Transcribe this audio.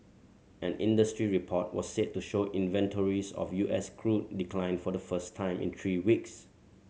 an industry report was said to show inventories of U S crude declined for the first time in three weeks